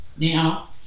now